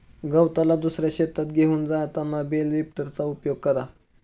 गवताला दुसऱ्या शेतात घेऊन जाताना बेल लिफ्टरचा उपयोग करा